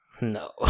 No